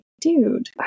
dude